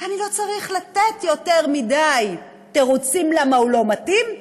לא צריך לתת יותר מדי תירוצים למה הוא לא מתאים,